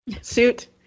suit